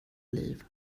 liv